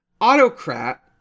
Autocrat